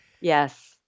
Yes